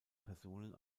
personen